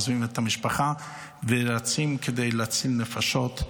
עוזבים את המשפחה ורצים להציל נפשות.